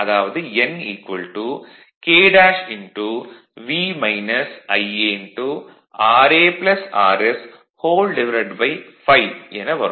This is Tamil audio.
அதாவது n KV IaraRS∅ என வரும்